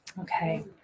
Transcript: Okay